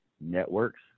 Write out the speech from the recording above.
networks